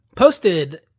Posted